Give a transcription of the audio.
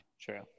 true